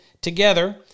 together